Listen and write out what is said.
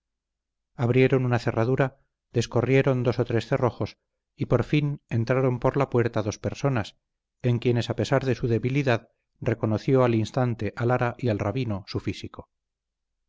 abrieron una cerradura descorrieron dos o tres cerrojos y por fin entraron por la puerta dos personas en quienes a pesar de su debilidad reconoció al instante a lara y al rabino su físico